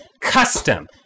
custom